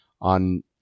on